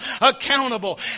accountable